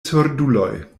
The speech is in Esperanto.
surduloj